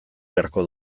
beharko